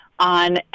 on